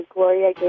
Gloria